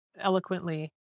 eloquently